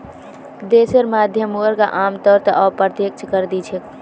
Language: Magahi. देशेर मध्यम वर्ग आमतौरत अप्रत्यक्ष कर दि छेक